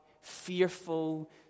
fearful